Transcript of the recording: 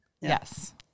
Yes